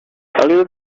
little